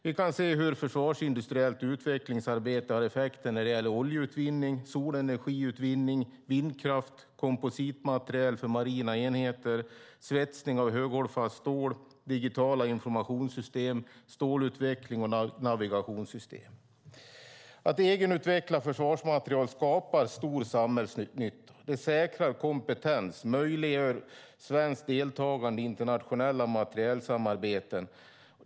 Vi kan se hur försvarsindustriellt utvecklingsarbete har effekter när det gäller oljeutvinning, solenergiutvinning, vindkraft, kompositmateriel för marina enheter, svetsning av höghållfast stål, digitala informationssystem, stålutveckling och navigationssystem. Att egenutveckla försvarsmateriel skapar stor samhällsnytta. Det säkrar kompetens och möjliggör svenskt deltagande i internationella materielsamarbeten.